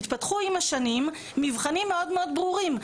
התפתחו עם השנים מבחנים מאוד מאוד ברורים,